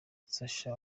sacha